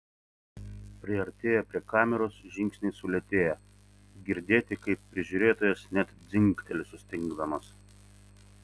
priartėję prie kameros žingsniai sulėtėja girdėti kaip prižiūrėtojas net dzingteli sustingdamas